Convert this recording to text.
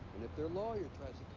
and if their lawyer tries